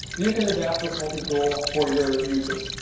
you can adapt this multi-tool for your uses.